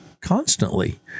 constantly